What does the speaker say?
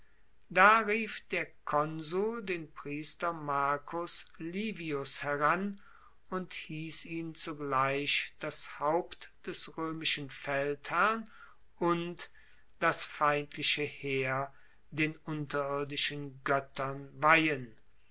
da rief der konsul den priester marcus livius heran und hiess ihn zugleich das haupt des roemischen feldherrn und das feindliche heer den unterirdischen goettern weihen